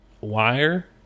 wire